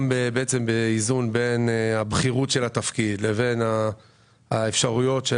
גם בעצם איזון בין הבכירות של התפקיד לבין האפשרויות של